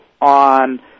on